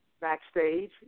backstage